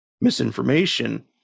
misinformation